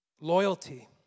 loyalty